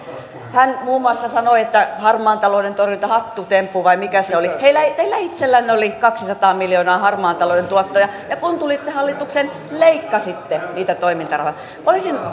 hän muun muassa sanoi että harmaan talouden torjunta on hattutemppu vai mikä se oli teillä itsellänne oli kaksisataa miljoonaa harmaan talouden tuotto ja kun tulitte hallitukseen leikkasitte niitä toimintarahoja olisin